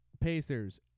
pacers